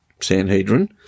Sanhedrin